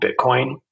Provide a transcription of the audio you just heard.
Bitcoin